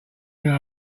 know